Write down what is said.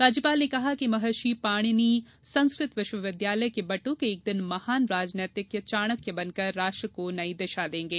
राज्यपाल ने कहा कि महर्षि पाणिनी संस्कृत विश्वविद्यालय के बट्क एक दिन महान राजनीतिज्ञ चाणक्य बनकर राष्ट्र को नई दिशा देंगे